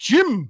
Jim